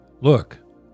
Look